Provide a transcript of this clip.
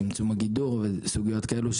צמצום הגידור וסוגיות כאלה,